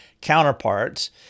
counterparts